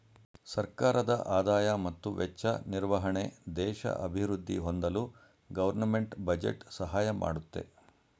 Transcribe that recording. ಸರ್ಕಾರದ ಆದಾಯ ಮತ್ತು ವೆಚ್ಚ ನಿರ್ವಹಣೆ ದೇಶ ಅಭಿವೃದ್ಧಿ ಹೊಂದಲು ಗೌರ್ನಮೆಂಟ್ ಬಜೆಟ್ ಸಹಾಯ ಮಾಡುತ್ತೆ